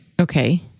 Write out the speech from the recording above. Okay